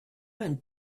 and